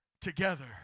together